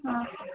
हँ